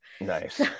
nice